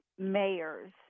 Mayors